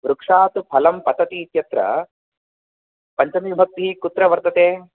वृक्षात् फलं पतति इत्यत्र पञ्चमीविभक्तिः कुत्र वर्तते